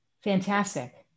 Fantastic